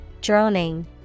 Droning